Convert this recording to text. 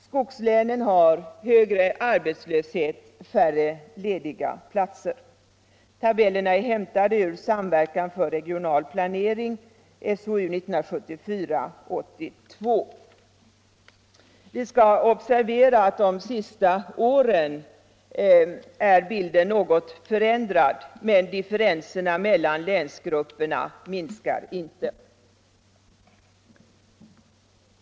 Skogslänen har högre arbetslöshet, färre lediga platser. Vi skall observera att för de senaste åren är bilden något förändrad, men differensen mellan länsgrupperna minskar inte.